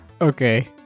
okay